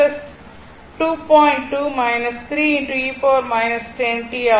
2 3 ஆகும்